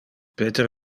peter